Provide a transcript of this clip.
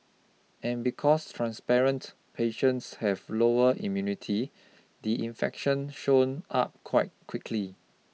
and because transparent patients have lower immunity the infection shown up quite quickly